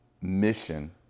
mission